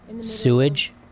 sewage